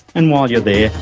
and while you're there,